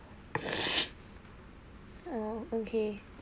oh okay